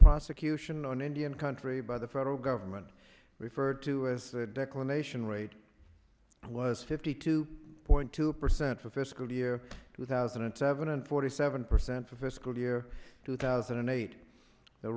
prosecution in an indian country by the federal government referred to as the declamation rate was fifty two point two percent for fiscal year two thousand and seven and forty seven percent for fiscal year two thousand and eight the